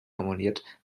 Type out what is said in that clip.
formuliert